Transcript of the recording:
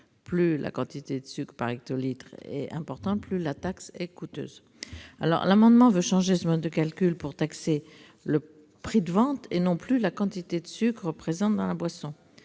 plus la quantité de sucre par hectolitre est importante, plus la taxe est coûteuse. Notre collègue veut changer ce mode de calcul pour taxer le prix de vente, et non plus la quantité de sucre présente dans la boisson,